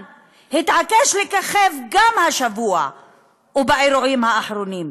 התעקש לככב גם השבוע ובאירועים האחרונים,